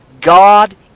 God